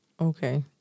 Okay